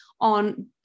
on